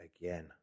again